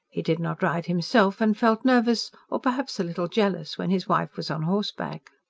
he did not ride himself, and felt nervous or perhaps a little jealous when his wife was on horseback.